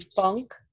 Funk